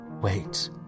Wait